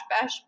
bash